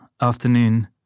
Afternoon